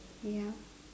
ya